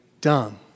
done